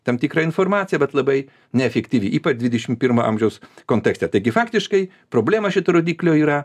tam tikrą informaciją bet labai neefektyvi ypač dvidešimt pirmo amžiaus kontekste taigi faktiškai problema šito rodiklio yra